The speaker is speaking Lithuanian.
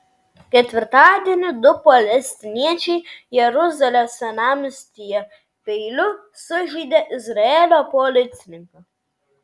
ketvirtadienį du palestiniečiai jeruzalės senamiestyje peiliu sužeidė izraelio policininką